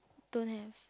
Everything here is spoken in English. don't have